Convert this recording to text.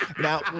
Now